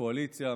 קואליציה,